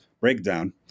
breakdown